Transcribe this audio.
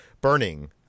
Burning